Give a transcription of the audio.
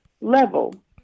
level